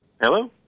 Hello